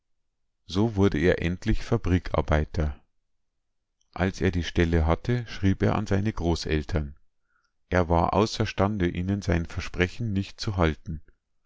so wurde er endlich fabrikarbeiter als er die stelle hatte schrieb er an seine großeltern er war außerstande ihnen sein versprechen nicht zu halten